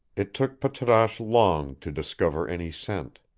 it took patrasche long to discover any scent.